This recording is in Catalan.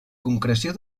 concreció